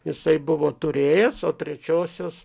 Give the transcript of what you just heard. jisai buvo turėjęs o trečiosios